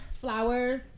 flowers